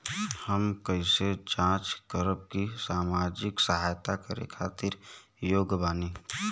हम कइसे जांच करब की सामाजिक सहायता करे खातिर योग्य बानी?